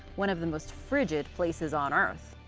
one of the most frigid places on earth.